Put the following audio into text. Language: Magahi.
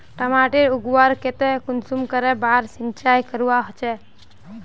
टमाटर उगवार केते कुंसम करे बार सिंचाई करवा होचए?